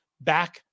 back